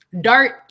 Dart